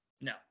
no